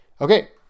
Okay